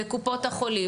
בקופות החולים,